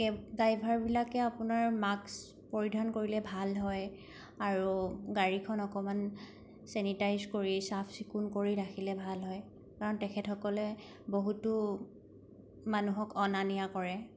cab ড্ৰাইভাৰবিলাকে আপোনাৰ mask পৰিধান কৰিলে ভাল হয় আৰু গাড়ীখন অকণমান চেনিটাইজ কৰি চাফচিকুণ কৰি ৰাখিলে ভাল হয় কাৰণ তেখেতসকলে বহুতো মানুহক অনা নিয়া কৰে